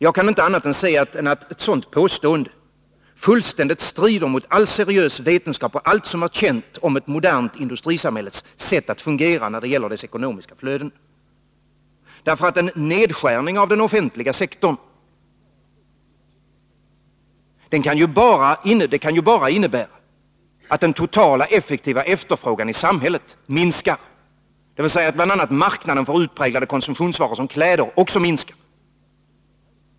Jag kan inte se annat än att ett sådant påstående fullständigt strider mot all seriös vetenskap och allt som är känt om ett modernt industrisamhälles sätt att fungera när det gäller dess ekonomiska flöden. En nedskärning av den offentliga sektorn kan ju bara innebära att den totala effektiva efterfrågan i samhället minskar, dvs. att bl.a. marknaden för utpräglade konsumtionsvaror som kläder också minskar.